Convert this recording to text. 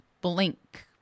blink